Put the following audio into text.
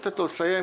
לתת לו לסיים,